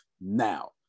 now